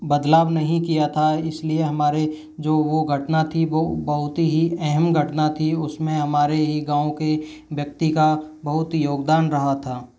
बदलाव नहीं किया था इसलिए हमारे जो वो घटना थी वो बहुत ही अहम घटना थी उसमें हमारे ही गाँव के व्यक्ति का बहुत योगदान रहा था